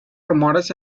rumores